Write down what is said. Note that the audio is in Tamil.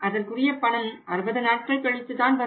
அதற்குரிய பணம் 60 நாட்கள் கழித்துதான் வரும்